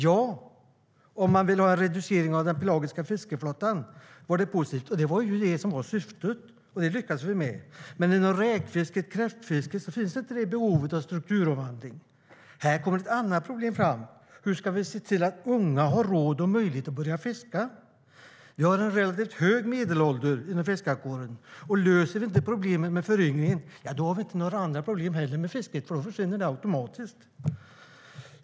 Ja, om man vill ha en reducering av den pelagiska fiskeflottan var det positivt. Det var också det som var syftet, och det lyckades vi med. Inom räkfisket och kräftfisket finns dock inte behovet av strukturomvandling, utan här kommer ett annat problem fram: Hur ska vi se till att unga har råd och möjlighet att börja fiska? Vi har en relativt hög medelålder inom fiskarkåren, och löser vi inte problemet med föryngring har vi inga andra problem heller med fisket. Då försvinner det automatiskt.